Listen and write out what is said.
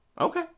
Okay